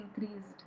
increased